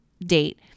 date